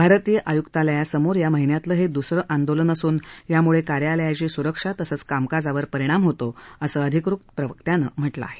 भारतीय आयुक्तालयासमोर या महिन्यातलं हे दुसरं आंदोलन असून यामुळे कार्यालयाची सुरक्षा तसंच कामकाजावर परिणाम होतो असं अधिकृत प्रवक्त्यांनं म्हटलं आहे